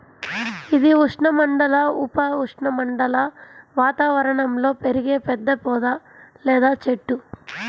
ఇది ఉష్ణమండల, ఉప ఉష్ణమండల వాతావరణంలో పెరిగే పెద్ద పొద లేదా చెట్టు